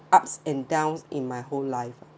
ups and downs in my whole life